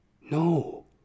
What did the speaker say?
No